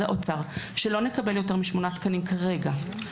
האוצר שלא נקבל יותר משמונה תקנים כרגע,